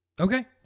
okay